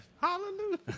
Hallelujah